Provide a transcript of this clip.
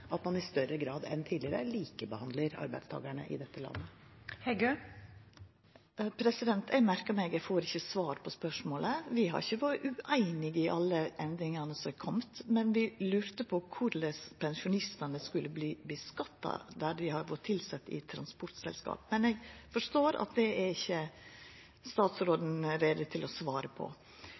at man i større grad enn tidligere likebehandler arbeidstakerne i dette landet. Eg merkar meg at eg ikkje får svar på spørsmålet. Vi har ikkje vore ueinige i alle endringane som har kome, men vi lurte på korleis pensjonistane som har vore tilsette i transportselskap, skulle skattleggjast. Men eg forstår at statsråden ikkje er klar for å svara på